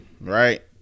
right